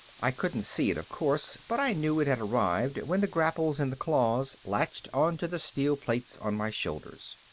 i couldn't see it, of course, but i knew it had arrived when the grapples in the claws latched onto the steel plates on my shoulders.